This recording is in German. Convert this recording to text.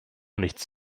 nichts